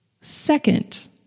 Second